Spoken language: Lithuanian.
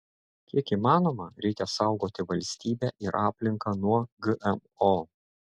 kiek įmanoma reikia saugoti valstybę ir aplinką nuo gmo